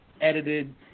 edited